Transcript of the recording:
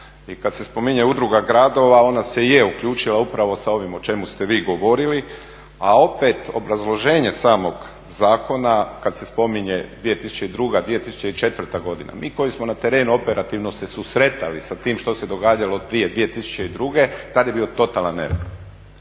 kada se spominje udruga gradova ona se je uključila upravo sa ovim o čemu ste vi govorili a opet obrazloženje samog zakona kada se spominje 2002., 2004. godina mi koji smo na terenu operativno se susretali sa tim što se događalo od prije 2002. tada je bio totalan nered